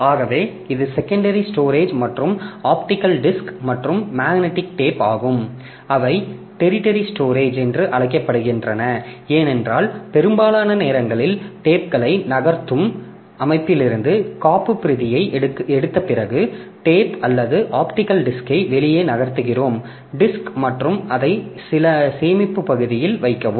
ஆகவே இது secondary storage மற்றும் ஆப்டிகல் டிஸ்க் மற்றும் மேக்னெட்டிக் டேப் ஆகும் அவை டெரிடரி ஸ்டோரேஜ் என்று அழைக்கப்படுகின்றன ஏனென்றால் பெரும்பாலான நேரங்களில் டேப்க்களை நகர்த்தும் அமைப்பிலிருந்து காப்புப்பிரதியை எடுத்த பிறகு டேப் அல்லது ஆப்டிகல் டிஸ்கை வெளியே நகர்த்துகிறோம் டிஸ்க் மற்றும் அதை சில சேமிப்பு பகுதியில் வைக்கவும்